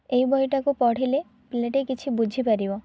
ଏହି ବହିଟାକୁ ପଢ଼ିଲେ ପିଲାଟି କିଛି ବୁଝି ପାରିବ